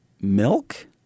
milk